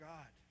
God